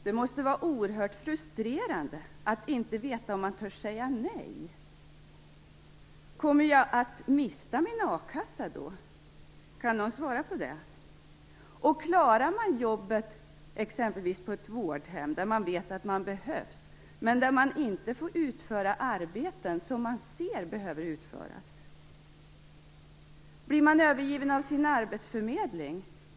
Det måste vara oerhört frustrerande att inte veta om man törs säga nej. Kommer jag att mista min a-kassa om jag säger nej? Kan någon svara på den frågan? Och klarar man jobbet på exempelvis ett vårdhem, där man vet att man behövs men där man inte får utföra arbeten som man ser behöver utföras? Blir man övergiven av sin arbetsförmedling?